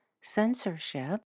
censorship